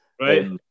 Right